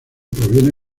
proviene